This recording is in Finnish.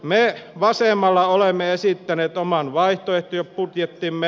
me vasemmalla olemme esittäneet oman vaihtoehtobudjettimme